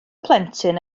plentyn